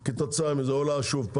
כתוצאה מזה הריבית עולה שוב,